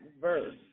verse